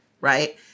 Right